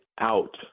out